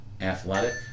athletic